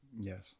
Yes